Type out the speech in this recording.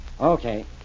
Okay